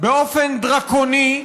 באופן דרקוני,